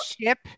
ship